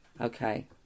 okay